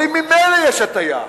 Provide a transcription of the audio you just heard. אומרים: ממילא יש הטיה,